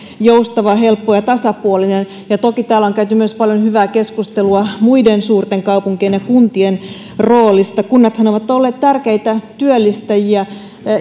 joustava helppo ja tasapuolinen toki täällä on käyty myös paljon hyvää keskustelua muiden suurten kaupunkien ja kuntien roolista kunnathan ovat olleet tärkeitä työllistäjiä